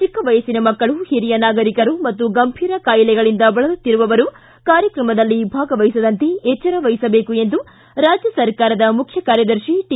ಚಿಕ್ಕ ವಯಸ್ಸಿನ ಮಕ್ಕಳು ಓರಿಯ ನಾಗರಿಕರು ಮತ್ತು ಗಂಭೀರ ಕಾಯಿಲೆಗಳಿಂದ ಬಳಲುತ್ತಿರುವವರು ಕಾರ್ಯಕ್ರಮದಲ್ಲಿ ಭಾಗವಹಿಸದಂತೆ ಎಚ್ವರ ವಹಿಸಬೇಕು ಎಂದು ರಾಜ್ಯ ಸರ್ಕಾರದ ಮುಖ್ಯ ಕಾರ್ಯದರ್ಶಿ ಟಿ